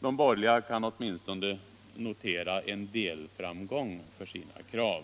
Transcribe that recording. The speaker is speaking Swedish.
De borgerliga kan åtminstone notera en delframgång för sina krav.